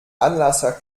anlasser